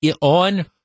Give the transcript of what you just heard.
on